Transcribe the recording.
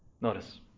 Notice